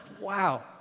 Wow